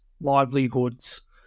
livelihoods